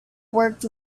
worked